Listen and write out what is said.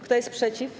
Kto jest przeciw?